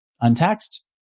untaxed